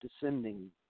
descending